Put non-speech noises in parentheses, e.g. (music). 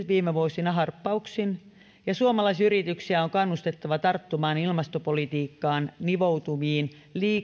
(unintelligible) viime vuosina harppauksin ja suomalaisyrityksiä on kannustettava tarttumaan ilmastopolitiikkaan nivoutuviin